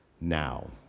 now